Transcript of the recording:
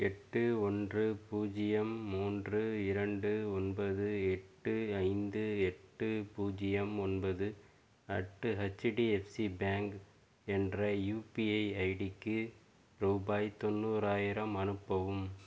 எட்டு ஓன்று பூஜ்ஜியம் மூன்று இரண்டு ஒன்பது எட்டு ஐந்து எட்டு பூஜ்ஜியம் ஒன்பது அட் ஹச்டிஎஃப்சி பேங்க் என்ற யுபிஐ ஐடி க்கு ரூபாய் தொண்ணூறாயிரம் அனுப்பவும்